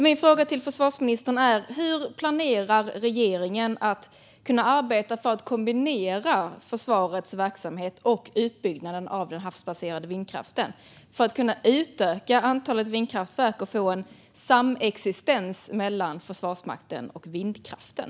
Min fråga till försvarsministern är därför: Hur planerar regeringen att arbeta för att kombinera försvarets verksamhet och utbyggnaden av den havsbaserade vindkraften så att man kan utöka antalet vindkraftverk och få en samexistens mellan Försvarsmakten och vindkraften?